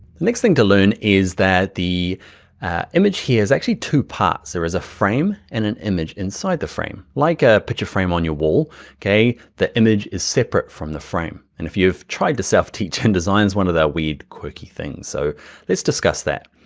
next thing to learn is that the image here is actually two parts, there is a frame and an image inside the frame. like a picture frame on your wall okay, the image is separate from the frame. and if you've tried to self teach and design is one of the weird quirky things. so let's discuss that.